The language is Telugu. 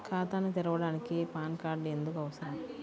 ఖాతాను తెరవడానికి పాన్ కార్డు ఎందుకు అవసరము?